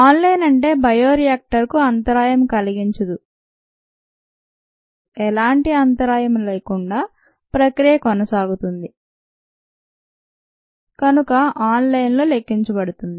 on line అంటే bioreactor కు అంతరాయం కలిగించదు ఎలాంటి అంతరాయం లేకుండా ప్రక్రియ కొనసాగుతుంది కనుక ఆన్ లైన్ లో లెక్కించబడుతుంది